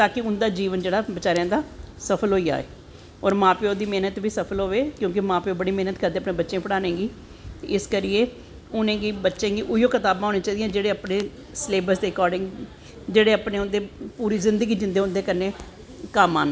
ताकि उंदा जीवन जेह्ड़ा बचैरें दा सफल होई जाए और मां प्यो दी मेह्नत बी सफल होए मां प्यो बड़ी मेह्नत करदे अपनें बच्चे पढ़ानें गी ते इस करियै उनें बच्चें गी उऐ कताबां होनीं चाहि दियां जेह्ड़ी अपनें सिलेवस दे मुताविक जेह्जड़े पूरी जिन्दगी उंदे कन्नैं तम्म आन